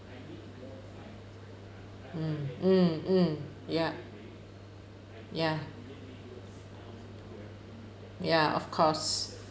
mm mm mm ya ya ya of course